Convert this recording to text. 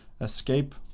escape